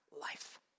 life